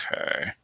Okay